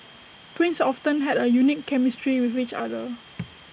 twins often had unique chemistry with each other